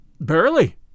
Barely